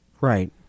Right